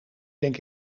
denk